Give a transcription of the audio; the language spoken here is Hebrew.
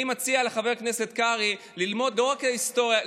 אני מציע לחבר הכנסת קרעי ללמוד רק את ההיסטוריה,